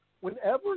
Whenever